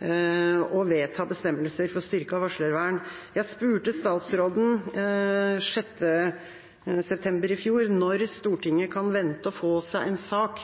å vedta bestemmelser for styrket varslervern. Jeg spurte statsråden 6. september i fjor om når Stortinget kan vente å få en sak,